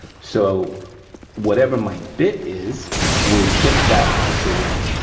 so whatever my bit is will chip that piece away,